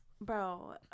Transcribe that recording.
Bro